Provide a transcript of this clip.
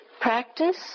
practice